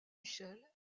michel